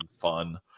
fun